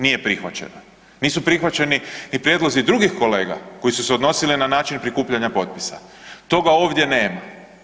Nije prihvaćena, nisu prihvaćeni ni prijedlozi drugih kolega koji su se odnosili na način prikupljanja potpisa, toga ovdje nema.